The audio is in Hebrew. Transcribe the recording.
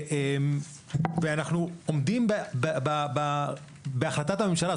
אנחנו עומדים בהחלטת הממשלה.